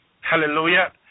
Hallelujah